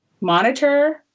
monitor